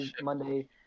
Monday